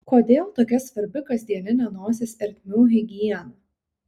kodėl tokia svarbi kasdieninė nosies ertmių higiena